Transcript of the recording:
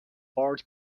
bard